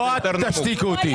לא את תשתיקי אותי.